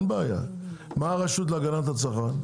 מה עם הרשות להגנת הצרכן.